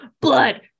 blood